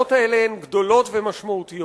התועלות האלה הן גדולות ומשמעותיות.